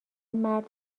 مرد